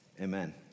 amen